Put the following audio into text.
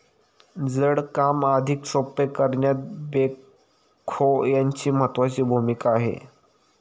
जड काम अधिक सोपे करण्यात बेक्हो यांची महत्त्वाची भूमिका आहे